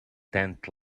tent